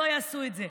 יעשה את זה.